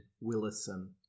Willison